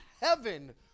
heaven